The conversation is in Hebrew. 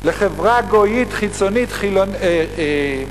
לחברה גויית חיצונית מחו"ל,